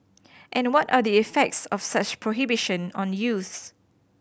and what are the effects of such prohibition on youths